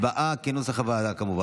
הצבעה על נוסח הוועדה, כמובן.